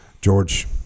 George